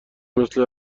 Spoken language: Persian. مثل